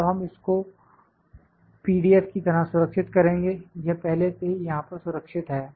अब हम इसको पीडीएफ की तरह सुरक्षित करेंगे यह पहले से ही यहां पर सुरक्षित है